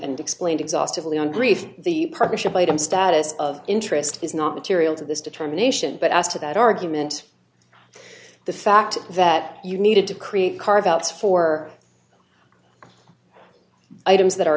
and explained exhaustively on grief the partnership item status of interest is not material to this determination but as to that argument the fact that you needed to create carve outs for items that are